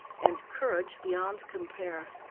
and courage beyond compare.